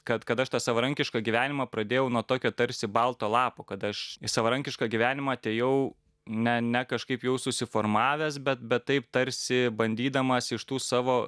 kad kad aš tą savarankišką gyvenimą pradėjau nuo tokio tarsi balto lapo kad aš į savarankišką gyvenimą atėjau ne ne kažkaip jau susiformavęs bet bet taip tarsi bandydamas iš tų savo